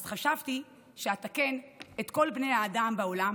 אז חשבתי שאתקן את כל בני האדם בעולם